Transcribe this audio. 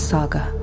Saga